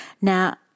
Now